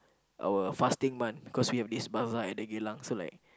our fasting month because we have this bazaar at the Geylang-Serai